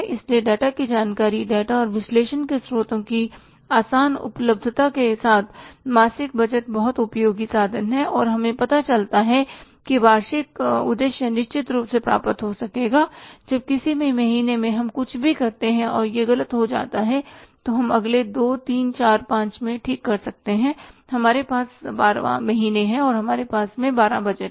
इसलिए डेटा की जानकारी डेटा और विश्लेषण के स्रोतों की आसान उपलब्धता के साथ मासिक बजट बहुत उपयोगी साधन है और हमें पता चलता है कि वार्षिक उद्देश्य निश्चित रूप से प्राप्त हो सकेगा जब किसी भी महीने में हम कुछ भी करते हैं और यह गलत हो जाता है तो हम अगले 2 3 4 5 वें में ठीक कर सकते हैं हमारे पास 12 महीने हैं हमारे पास 12 बजट हैं